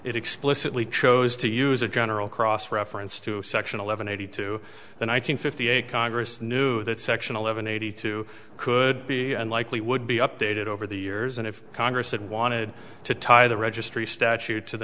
it explicitly chose to use a general cross reference to section eleven eighty to the one nine hundred fifty eight congress knew that section eleven eighty two could be and likely would be updated over the years and if congress had wanted to tie the registry statute to the